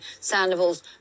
Sandoval's